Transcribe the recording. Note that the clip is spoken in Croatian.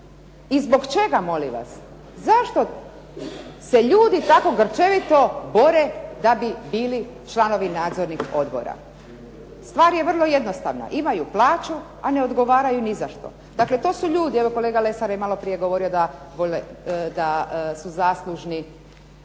i zbog čega molim vas. Zašto se ljudi tako grčevito bore da bi bili članovi nadzornih odbora. Stvar je vrlo jednostavna, imaju plaću a ne odgovaraju ni za što. Dakle, to su ljudi, evo kolega Lesar je malo prije govorio da su zaslužni